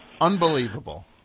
Unbelievable